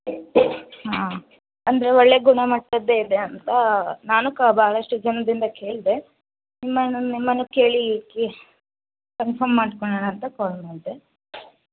ಹಾಂ ಅಂದರೆ ಒಳ್ಳೆಯ ಗುಣಮಟ್ಟದ್ದೇ ಇದೆ ಅಂತ ನಾನು ಕ ಬಹಳಷ್ಟು ಜನರಿಂದ ಕೇಳಿದೆ ನಿಮ್ಮನ್ನು ನಿಮ್ಮನ್ನು ಕೇಳಿ ಕೇ ಕನ್ಫರ್ಮ್ ಮಾಡಿಕೊಳ್ಳೋಣ ಅಂತ ಕಾಲ್ ಮಾಡಿದೆ